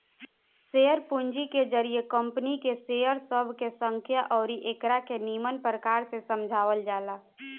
share पूंजी के जरिए कंपनी के शेयर सब के संख्या अउरी एकरा के निमन प्रकार से समझावल जाला